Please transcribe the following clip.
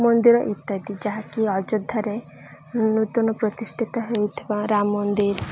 ମନ୍ଦିର ଇତ୍ୟାଦି ଯାହାକି ଅଯୋଧ୍ୟାରେ ନୂତନ ପ୍ରତିଷ୍ଠିତ ହେଉଥିବା ରାମ ମନ୍ଦିର